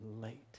late